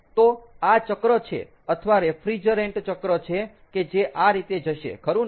તો આ ચક્ર છે અથવા રેફ્રિજરેન્ટ ચક્ર છે કે જે આ રીતે જશે ખરું ને